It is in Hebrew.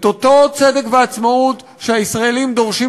ואת אותו וצדק ואותה עצמאות שהישראלים דורשים